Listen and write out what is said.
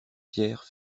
pierres